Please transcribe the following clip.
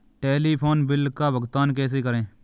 Telephone bill का भुगतान कैसे करें?